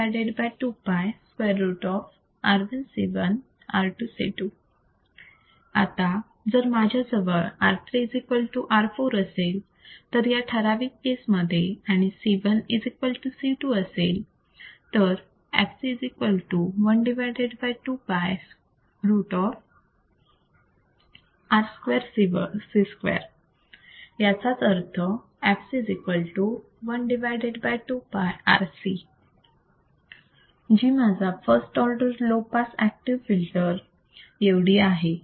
fc 12 π√ R1C1R2C2 आता जर माझ्याजवळ R3 R4 असेल तर या ठराविक केस मध्ये आणि C1 C2असेल तर fc 1 2 π √ R2C2 याचाच अर्थ fc 1 2 πRC जी माझ्या first order low pass active filter एवढी आहे